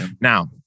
Now